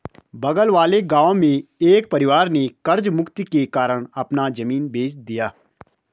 बगल वाले गांव में एक परिवार ने कर्ज मुक्ति के कारण अपना जमीन बेंच दिया